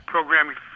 Programming